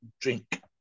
drink